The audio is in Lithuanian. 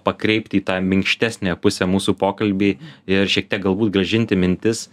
pakreipti į tą minkštesnę pusę mūsų pokalbį ir šiek tiek galbūt grąžinti mintis